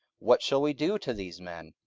what shall we do to these men?